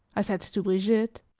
i said to brigitte,